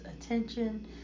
attention